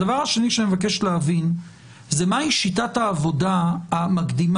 הדבר השני שאני מבקש להבין זה מהי שיטת העבודה המקדימה,